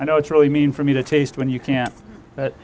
i know it's really mean for me to taste when you can't